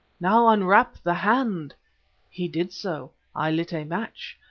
now unwrap the hand he did so. i lit a match,